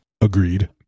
agreed